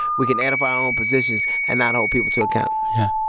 we can edify our own positions and not hold people to account yeah.